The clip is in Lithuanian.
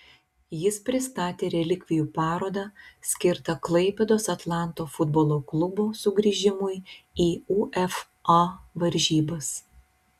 jis pristatė relikvijų parodą skirtą klaipėdos atlanto futbolo klubo sugrįžimui į uefa varžybas